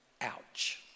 Ouch